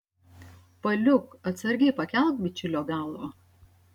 paliuk atsargiai pakelk bičiulio galvą